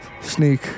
sneak